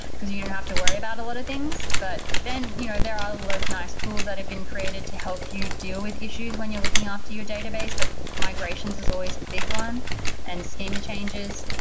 because you don't have to worry about a lot of things, but then you know there are a lot of nice tools that have been created to help you deal with issues when you're looking after your database, but migrations is always a big one and schema changes,